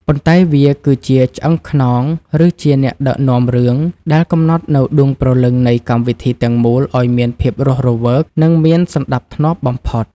ប៉ុន្តែវាគឺជា «ឆ្អឹងខ្នង» ឬជា «អ្នកដឹកនាំរឿង» ដែលកំណត់នូវដួងព្រលឹងនៃកម្មវិធីទាំងមូលឱ្យមានភាពរស់រវើក និងមានសណ្តាប់ធ្នាប់បំផុត។